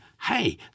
hey